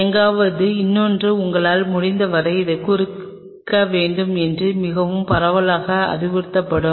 எங்காவது இன்னொன்று உங்களால் முடிந்தவரை அதைக் குறைக்க வேண்டும் என்று மிகவும் பரவலாக அறிவுறுத்தப்படுகிறது